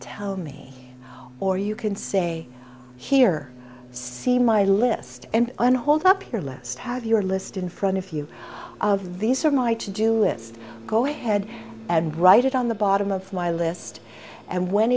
tell me or you can say here see my list and and hold up your list have your list in front of you these are my to do is go ahead and write it on the bottom of my list and when